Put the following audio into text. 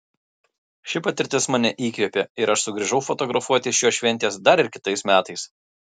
ši patirtis mane įkvėpė ir aš sugrįžau fotografuoti šios šventės dar ir kitais metais